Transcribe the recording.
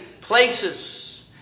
places